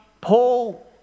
Paul